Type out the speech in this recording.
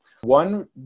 one